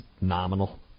nominal